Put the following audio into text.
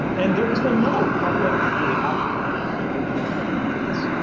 and there has been no public really outcry in the uk about this.